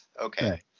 okay